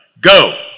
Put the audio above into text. go